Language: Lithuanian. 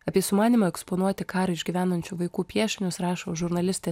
apie sumanymą eksponuoti karą išgyvenančių vaikų piešinius rašo žurnalistė